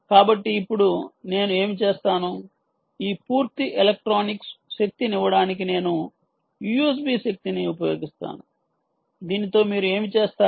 కాబట్టి ఇప్పుడు నేను ఏమి చేస్తాను ఈ పూర్తి ఎలక్ట్రానిక్స్కు శక్తినివ్వడానికి నేను USB శక్తిని ఉపయోగిస్తాను దీనితో మీరు ఏమి చేస్తారు